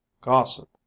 gossip